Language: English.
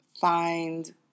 find